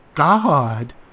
God